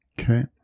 Okay